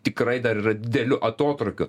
tikrai dar yra didelių atotrūkių